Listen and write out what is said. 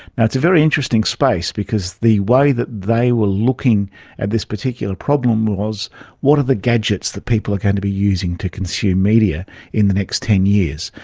and it's a very interesting space because the way that they were looking at this particular problem was what are the gadgets that people are going to be using to consume media in the next ten years?